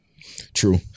true